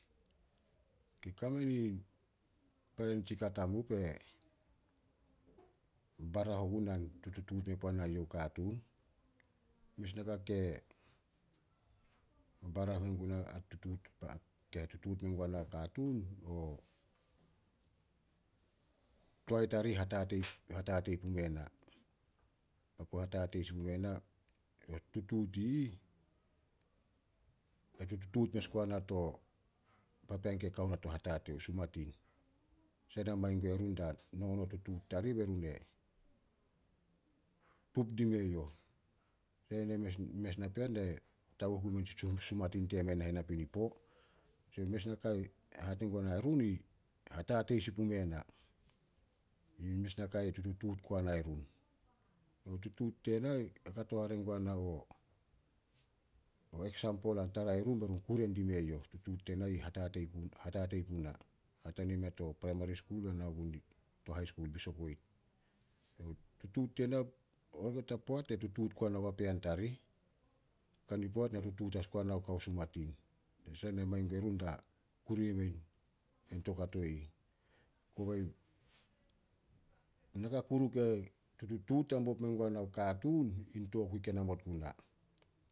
Kame nin para nitsi ka tamup barah ogun an tututuut men puana youh o katuun. Mes naka ke barah menguna ke tutuut mengua nao katuun, o toae tarih hatatei- hatatei pume na. Papu hatatei sin pume na, o tutuut i ih, e tututut mes guana to papean ke kao rea to hatatei. Na mangin gue run da nongon o tutuut tarih berun e pup dime youh. Mes napean e taguh gumeh nitsi sumatin temen nahen napinipo, mes naka hate guana run, i hatatei sin pume na. Yi mes naka tutuut gunai run. O tutuut tena e kato hare guna o o eksampol an tara i run be run kure dime youh. Tutuut tena hatatei pume na. Hatania mea to praimari skul bae na nao gun to hai skul Bisop Wade. Tutuut tena, olgeta poat e tutuut guana o papean tarih, kani poat na tutuut as guana kao sumatin. Tanasah na mangin gue run da kure i mein toukato i ih. Kobei naka kuru ke tututuut hambob mengua nao katuun, in tokui ke namot guna.